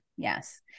Yes